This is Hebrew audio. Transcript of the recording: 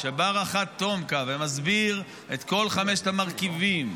כשבא רח"ט תומכ"א ומסביר את כל חמשת המרכיבים,